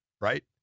Right